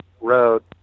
road